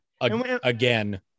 again